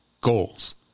Goals